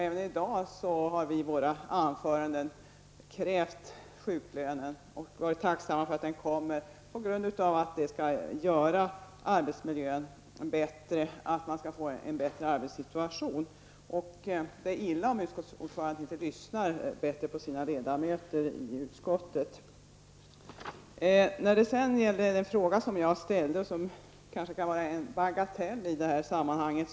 Även i dag har vi i våra anföranden krävt sjuklön. Vi är tacksamma för att den nu skall komma just för att den skall göra arbetsmiljön bättre och skapa en bättre arbetssituation. Det är illa om utskottets ordförande inte lyssnar bättre på sina ledamöter i utskottet. Jag ställde en fråga som kanske var en bagatell i det här sammanhanget.